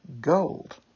gold